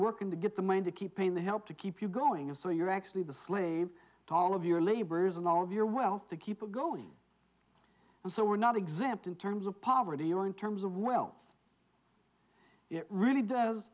working to get the money to keep paying the help to keep you going and so you're actually the slave to all of your labors and all of your wealth to keep it going and so we're not exempt in terms of poverty or in terms of wealth it really does